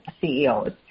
CEOs